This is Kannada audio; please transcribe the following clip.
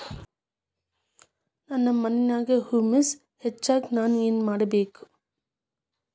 ನನ್ನ ಮಣ್ಣಿನ್ಯಾಗ್ ಹುಮ್ಯೂಸ್ ಹೆಚ್ಚಾಕ್ ನಾನ್ ಏನು ಮಾಡ್ಬೇಕ್?